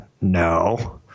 No